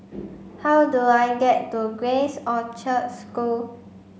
how do I get to Grace Orchard School